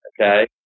Okay